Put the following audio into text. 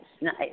nice